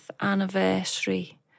anniversary